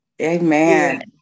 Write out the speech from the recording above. Amen